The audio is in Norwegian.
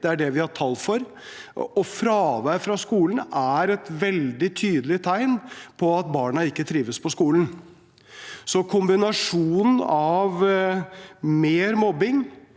det er det vi har tall for. Og fravær fra skolen er et veldig tydelig tegn på at barna ikke trives på skolen. Kombinasjonen av mer mobbing,